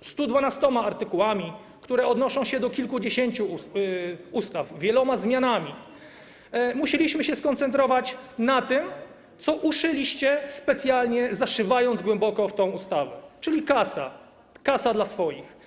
112 artykułami, które odnoszą się do kilkudziesięciu ustaw, z wieloma zmianami, musieliśmy się skoncentrować na tym, co uszyliście, specjalnie zaszywając głęboko w tę ustawę - to kasa, kasa dla swoich.